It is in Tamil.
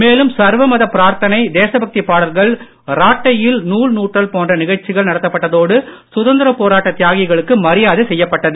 மேலும் சர்வ மத பிரார்த்தனை தேசப் பக்தி பாடல்கள் இராட்டையில் நூல் நூற்றல் போன்ற நிகழ்ச்சிகள் நடத்தப்பட்டதோடு சுதந்திர போராட்ட தியாகிகளுக்கு மரியாதை செய்யப்பட்டது